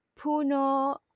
Puno